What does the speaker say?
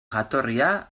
jatorria